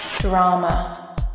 Drama